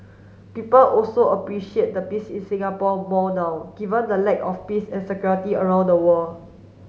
people also appreciate the peace in Singapore more now given the lack of peace and security around the world